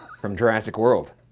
from jurassic world.